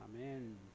Amen